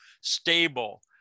stable